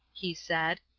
he said.